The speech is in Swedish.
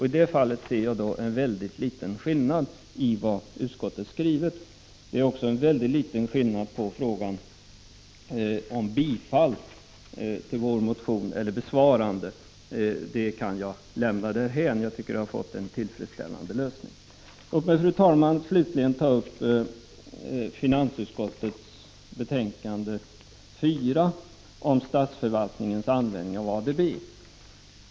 I det fallet ser jag en väldigt liten skillnad i förhållande till utskottets skrivning. Skillnaden är också väldigt liten mellan ett yrkande om bifall till vår motion och ett uttalande att den skall anses besvarad. Den frågan lämnar jag således därhän. Jag tycker att en tillfredsställande lösning åstadkommits. Låt mig, fru talman, slutligen säga något om finansutskottets betänkande nr 4 som handlar om statsförvaltningens användning av ADB.